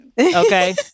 Okay